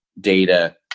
data